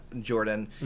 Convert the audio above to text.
Jordan